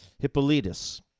Hippolytus